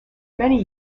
many